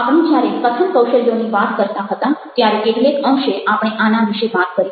આપણે જ્યારે કથન કૌશલ્યોની વાત કરતા હતા ત્યારે કેટલેક અંશે આપણે આના વિશે વાત કરી છે